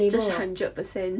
just hundred percent